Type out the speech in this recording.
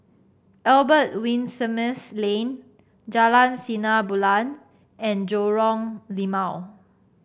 Albert Winsemius Lane Jalan Sinar Bulan and Lorong Limau